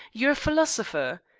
you're a philosopher.